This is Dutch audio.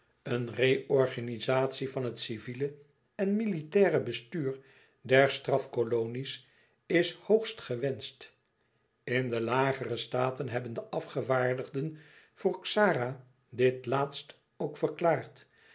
een reorganizatie van het civiele en militaire bestuur der straf kolonie's is hoogst gewenscht in de lagere staten hebben de afgevaardigden voor xara dit laatst ook verklaard